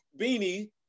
Beanie